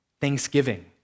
Thanksgiving